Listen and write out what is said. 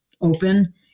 open